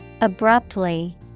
Abruptly